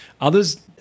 Others